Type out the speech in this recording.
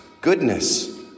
goodness